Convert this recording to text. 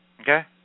okay